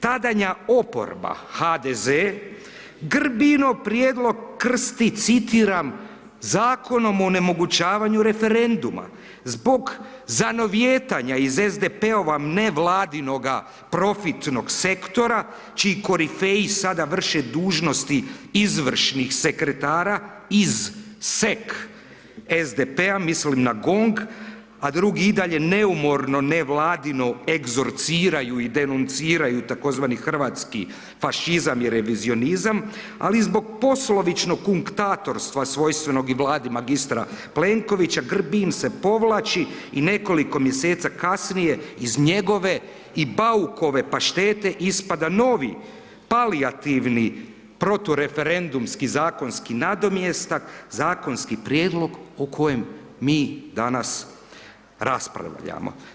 Tadanja oporba HDZ Grbinov prijedlog krsti, citiram, Zakonom o onemogućavanju referenduma zbog zanovijetanja iz SDP-ova nevladinoga profitnog sektora čiji korifeji sada vrše dužnosti izvršnih sekretara iz SEK SDP-a, mislim na GONG, a drugi i dalje neumorno nevladinu egzorciraju i denunciraju tzv. Hrvatski fašizam i revizionizam, ali i zbog poslovičnog kunktatorstva svojstvenog i Vladi mag. Plenkovića, Grbin se povlači i nekoliko mjeseci kasnije iz njegove i Baukove paštete ispada novi palijativni protureferendumski zakonski nadomjestak, zakonski prijedlog o kojem mi danas raspravljamo.